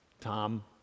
Tom